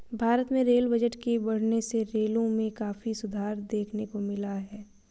भारत में rail budget के बढ़ने से रेलों में काफी सुधार देखने को मिला है